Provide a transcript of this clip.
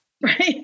right